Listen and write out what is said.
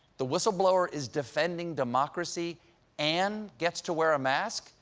the whistleblower is defending democracy and gets to wear a mask.